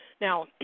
Now